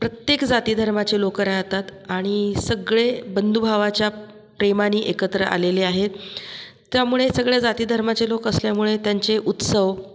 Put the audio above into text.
प्रत्येक जातीधर्माचे लोक राहतात आणि सगळे बंधुभावाच्या प्रेमाने एकत्र आलेले आहेत त्यामुळे सगळ्या जातीधर्माचे लोक असल्यामुळे त्यांची उत्सव